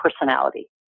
personality